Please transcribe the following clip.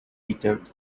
peter